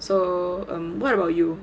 so what about you